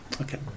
Okay